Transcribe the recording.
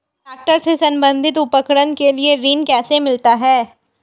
Tractor से संबंधित उपकरण के लिए ऋण कैसे मिलता है?